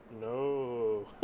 no